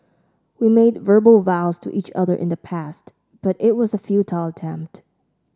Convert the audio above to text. we made verbal vows to each other in the past but it was a futile attempt